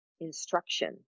instruction